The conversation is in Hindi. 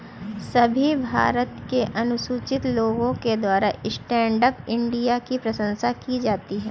सभी भारत के अनुसूचित लोगों के द्वारा स्टैण्ड अप इंडिया की प्रशंसा की जाती है